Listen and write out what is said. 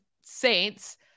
saints